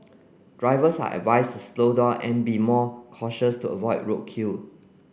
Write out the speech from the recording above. drivers are advised to slow down and be more cautious to avoid roadkill